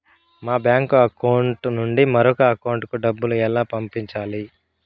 మా bank account నుండి మరొక అకౌంట్ కు డబ్బును ఎలా పంపించాలి